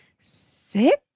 six